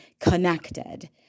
connected